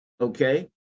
okay